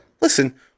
Listen